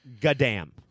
goddamn